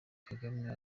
kagame